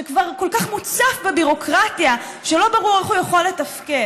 שכבר כל כך מוצף בביורוקרטיה שלא ברור איך הוא יכול לתפקד.